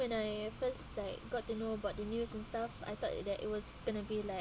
when I first like got to know about the news and stuff I thought it that it was going to be like